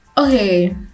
Okay